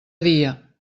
dia